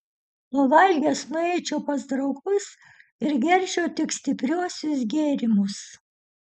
pavalgęs nueičiau pas draugus ir gerčiau tik stipriuosius gėrimus